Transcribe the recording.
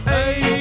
Hey